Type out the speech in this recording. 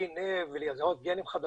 דולי לחלל העולם והעולם כולו נזעק ותיקן חוק